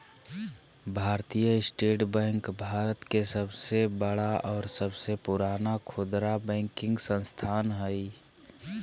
भारतीय state bank भारत के सबसे बड़ा और सबसे पुराना खुदरा बैंकिंग संस्थान हइ